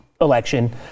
election